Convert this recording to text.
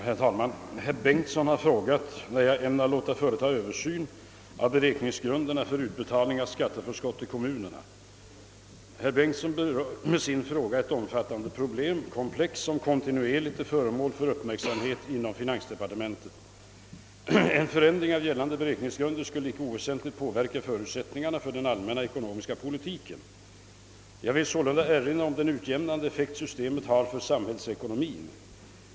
Herr talman! Herr Bengtson i Solna har frågat mig när jag ämnar låta företa översyn av beräkningsgrunderna för utbetalning av skatteförskott till kommunerna. Herr Bengtson berör med sin fråga ett omfattande problemkomplex, som kontinuerligt är föremål för uppmärksamhet inom finansdepartementet. En förändring av gällande beräkningsgrunder skulle inte oväsentligt påverka förutsättningarna för den allmänna ekonomiska politiken. Jag vill sålunda erinra om den utjämnande effekt systemet har för samhällsekonomien.